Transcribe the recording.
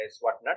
whatnot